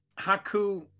Haku